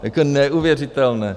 Jako neuvěřitelné.